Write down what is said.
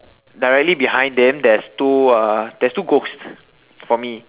directly behind them there's two uh there's two ghost for me